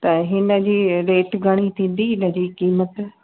त हिनजी रेट घणी थींदी हिनजी क़ीमतु